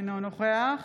אינו נוכח